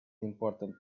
important